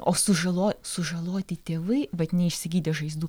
o sužalo sužaloti tėvai vat neišsigydė žaizdų